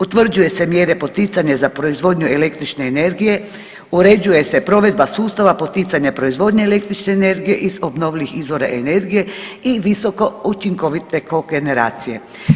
Utvrđuje se mjere poticanja za proizvodnju električne energije, uređuje se provedba sustava poticanja proizvodnje električne energije iz obnovljivih izvora energije i visoko učinkovite kogeneracije.